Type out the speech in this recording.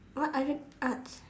what other arts